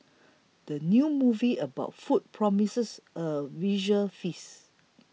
the new movie about food promises a visual feast